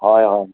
হয় হয়